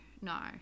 No